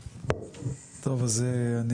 טוב, אז אני